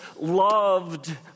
loved